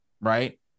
right